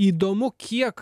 įdomu kiek